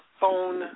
phone